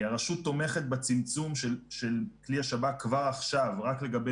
הרשות תומכת בצמצום של כלי השב"כ כבר עכשיו רק לגבי